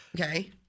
Okay